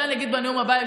את זה אני אגיד בנאום הבא.